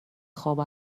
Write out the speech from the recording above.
خوابو